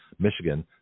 Michigan